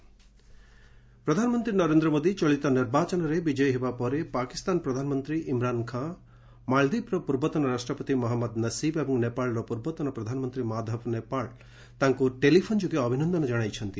PM Modi congratulatory ପ୍ରଧାନମନ୍ତ୍ରୀ ନରେନ୍ଦ୍ର ମୋଦି ଚଳିତ ନିର୍ବାଚନରେ ବିଜୟୀ ହେବା ପରେ ପାକିସ୍ତାନ ପ୍ରଧାନମନ୍ତ୍ରୀ ଇମ୍ରାନ୍ ଖାଁ ମାଳଦ୍ୱୀପ୍ର ପୂର୍ବତନ ରାଷ୍ଟ୍ରପତି ମହମ୍ମଦ ନସିବ ଏବଂ ନେପାଳର ପୂର୍ବତନ ପ୍ରଧାନମନ୍ତ୍ରୀ ମାଧବ ନେପାଳ ତାଙ୍କୁ ଟେଲିଫୋନ୍ ଯୋଗେ ଅଭିନନ୍ଦନ ଜଣାଇଛନ୍ତି